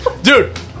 dude